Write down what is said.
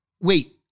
wait